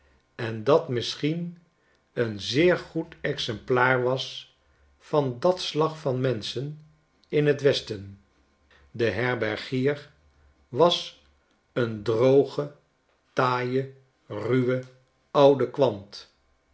en dat misschien een zeer goed exemplaar was van dat slag van menschen in t westen de herbergier was een droge taaie ruwe oude kwant